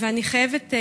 אני חייבת,